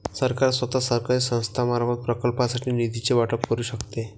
सरकार स्वतः, सरकारी संस्थांमार्फत, प्रकल्पांसाठी निधीचे वाटप करू शकते